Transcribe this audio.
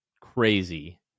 crazy